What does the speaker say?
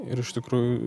ir iš tikrųjų